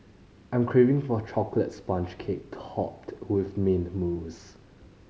I am craving for a chocolate sponge cake topped with mint mousse